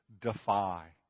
defy